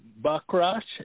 Bakrash